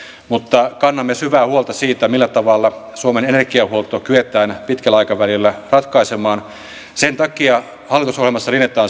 mutta kannamme syvää huolta siitä millä tavalla suomen energiahuolto kyetään pitkällä aikavälillä ratkaisemaan sen takia hallitusohjelmassa linjataan